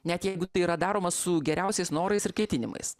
net jeigu tai yra daroma su geriausiais norais ir ketinimais